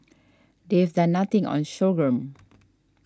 they've done nothing on sorghum